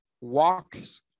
walks